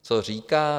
Co říká?